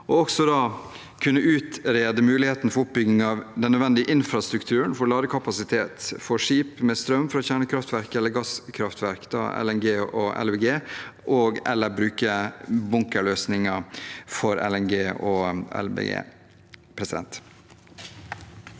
regjeringen utrede muligheten for oppbygging av infrastruktur for ladefasiliteter for skip med strøm fra kjernekraftverk eller gasskraftverk (LNG og LBG) og/eller bunkersløsning for LNG og LBG.»